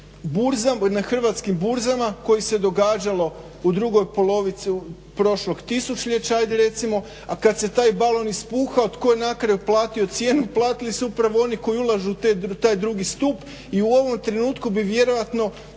stanja na hrvatskim burzama koje se događalo u drugoj polovici prošlog tisućljeća ajde recimo, a kada se taj balon ispuhao tko je na kraju platio cijenu? Platili su upravo oni koji ulažu u taj drugi stup. I u ovom trenutku bi bila vjerojatno